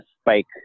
spike